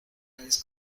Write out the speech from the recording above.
hayas